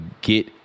get